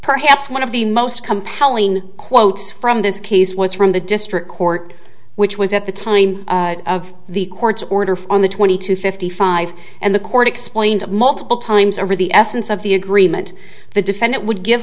perhaps one of the most compelling quotes from this case was from the district court which was at the time of the court's order from the twenty two fifty five and the court explained multiple times over the essence of the agreement the defendant would give